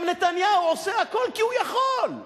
גם נתניהו עושה הכול כי הוא יכול.